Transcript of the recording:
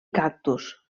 cactus